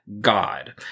God